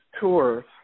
tours